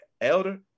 Elder